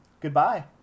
Goodbye